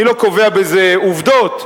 אני לא קובע בזה עובדות,